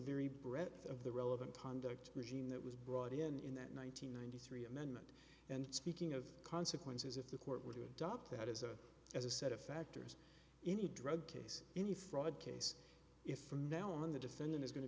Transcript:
very breadth of the relevant hundred regime that was brought in in that ninety three amendment and speaking of consequences if the court were to adopt that as a as a set of factors in a drug case any fraud case if from now on the defendant is going to